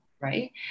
right